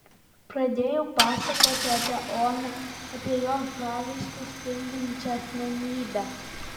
pradėjau pasakoti apie oną apie jos žavesiu spindinčią asmenybę